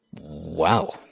Wow